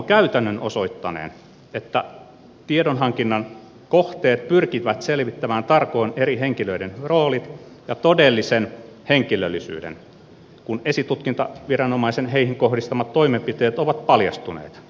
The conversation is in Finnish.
käytännön osoittaneen että tiedonhankinnan kohteet pyrkivät selvittämään tarkoin eri henkilöiden roolit ja todellisen henkilöllisyyden kun esitutkintaviranomaisen heihin kohdistamat toimenpiteet ovat paljastuneet